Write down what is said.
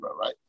right